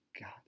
God